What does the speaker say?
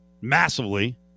massively